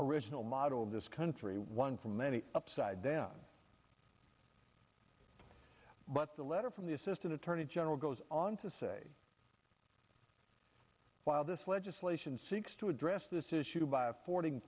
original model of this country one for many upside down but the letter from the assistant attorney general goes on to say while this legislation seeks to address this issue by affording